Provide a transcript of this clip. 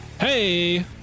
hey